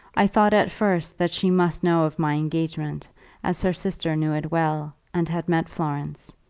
i thought at first that she must know of my engagement as her sister knew it well, and had met florence.